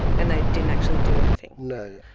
and they didn't actually do anything? no.